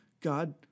God